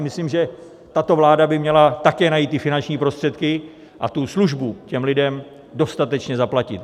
Myslím si, že tato vláda by měla také najít finanční prostředky a službu těm lidem dostatečně zaplatit.